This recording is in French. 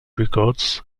records